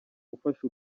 ufashe